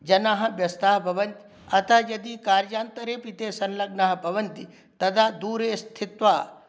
जनाः व्यस्ताः अभवन् अतः यदि कार्यान्तरे अपि ते संलग्नाः भवन्ति तदा दूरे स्थित्वा